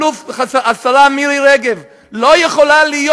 השרה מירי רגב לא יכולה להיות